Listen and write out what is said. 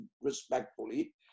respectfully